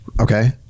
Okay